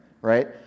right